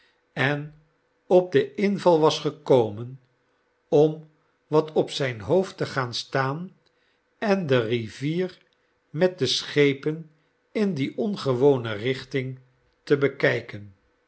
en op den inval was gekomen om wat op zijn hoofd te gaan staan en de rivier met de schepen in die ongewone richting te bekijken